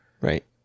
right